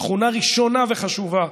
תכונה ראשונה וחשובה,